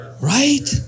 Right